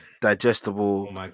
digestible